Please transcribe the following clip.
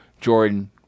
Jordan